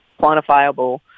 quantifiable